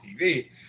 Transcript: TV